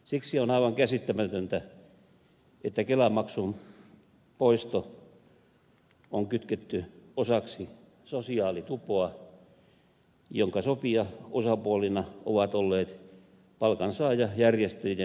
siksi on aivan käsittämätöntä että kelamaksun poisto on kytketty osaksi sosiaalitupoa jonka sopijaosapuolina ovat olleet palkansaajajärjestöjen johtajat